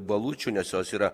balučių nes jos yra